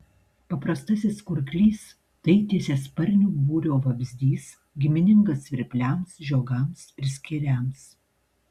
paprastasis kurklys tai tiesiasparnių būrio vabzdys giminingas svirpliams žiogams ir skėriams